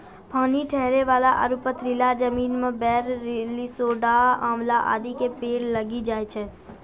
पानी ठहरै वाला आरो पथरीला जमीन मॅ बेर, लिसोड़ा, आंवला आदि के पेड़ लागी जाय छै